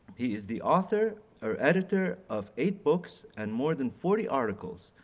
he is the author, or editor of eight books, and more than forty articles,